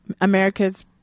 America's